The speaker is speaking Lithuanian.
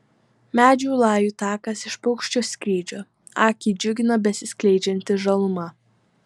medžių lajų takas iš paukščio skrydžio akį džiugina besiskleidžianti žaluma